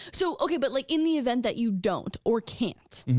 so, okay, but like in the event that you don't or can't,